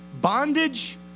bondage